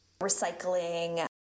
recycling